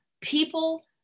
people